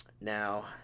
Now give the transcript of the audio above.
Now